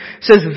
says